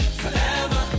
forever